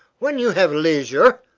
when you have leisure,